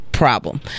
Problem